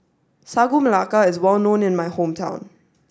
Sagu Melaka is well known in my hometown